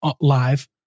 live